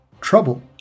Trouble